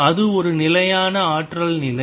அது ஒரு நிலையான ஆற்றல் நிலை